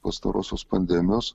pastarosios pandemijos